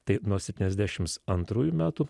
tai nuo septyniasdešimt antrųjų metų